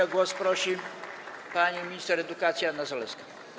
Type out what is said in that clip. O głos prosi pani minister edukacji Anna Zalewska.